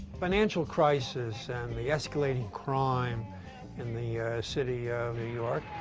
financial crisis and the escalating crime in the city of new york,